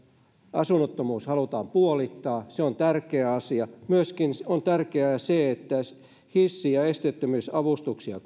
asunnottomuus halutaan puolittaa se on tärkeä asia myöskin on tärkeää se että hissi ja esteettömyysavustuksia